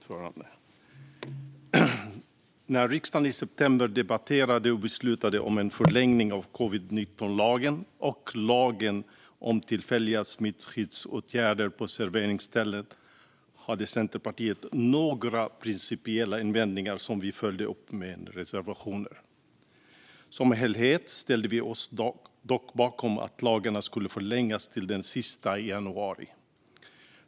Fru talman! När riksdagen i september debatterade och beslutade om en förlängning av covid-19-lagen och lagen om tillfälliga smittskyddsåtgärder på serveringsställen hade Centerpartiet några principiella invändningar som vi följde upp med reservationer. Som helhet ställde vi oss dock bakom att lagarna skulle förlängas till den 31 januari.